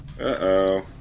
Uh-oh